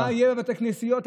מה יהיה בבתי כנסיות?